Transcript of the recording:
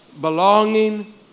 belonging